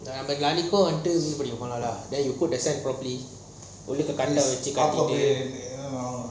நம்ம நாளைக்கும் வந்து மீன் பிடிக்க போலாம்ல:namma nalaikum vantu meen pidika polamla err then you put the sand properly correct eh வெச்சிட்டு:vechitu